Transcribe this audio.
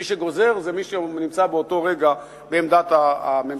מי שגוזר זה מי שנמצא באותו רגע בעמדת הממשלה.